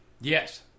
Yes